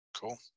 cool